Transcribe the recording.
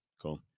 Cool